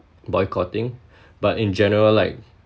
boycotting but in general like